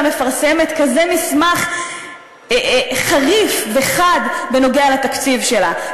מפרסמת כזה מסמך חריף וחד בנוגע לתקציב שלה.